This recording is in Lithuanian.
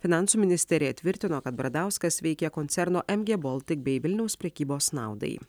finansų ministerija tvirtino kad bradauskas veikė koncerno em gie boltik bei vilniaus prekybos naudai